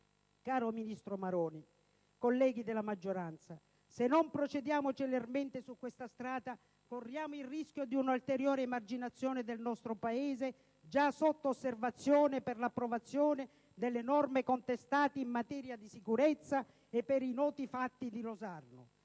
Caro ministro Maroni, colleghi della maggioranza, se non procediamo celermente su questa strada corriamo il rischio di un'ulteriore emarginazione del nostro Paese, già sotto osservazione per l'approvazione delle norme contestate in materia di sicurezza e per i noti fatti di Rosarno.Infatti,